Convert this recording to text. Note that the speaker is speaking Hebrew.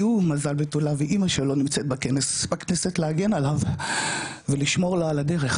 כי הוא מזל בתולה ואמא שלו נמצאת בכנסת להגן עליו ולשמור לו על הדרך,